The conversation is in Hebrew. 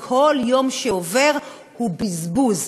וכל יום שעובר הוא בזבוז,